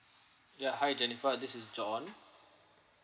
ya hi jennifer this is john